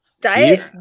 Diet